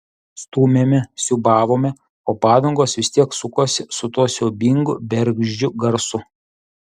stūmėme siūbavome o padangos vis tiek sukosi su tuo siaubingu bergždžiu garsu